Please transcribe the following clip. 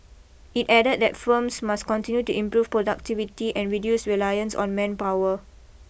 it added that firms must continue to improve productivity and reduce reliance on manpower